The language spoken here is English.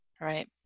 Right